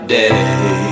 day